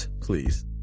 Please